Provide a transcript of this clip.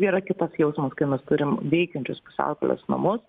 yra kitas jausmas kai mes turim veikiančius pusiaukelės namus